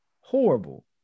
Horrible